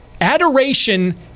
Adoration